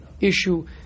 issue